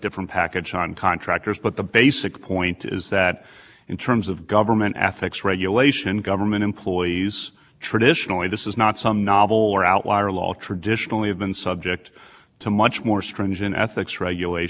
is that in terms of government ethics regulation government employees traditionally this is not some novel or outlier law traditionally have been subject to much more stringent ethics regulation and so to contractors to some degree as